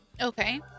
Okay